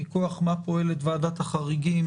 מכוח מה פועלת ועדת החריגים